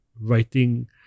writing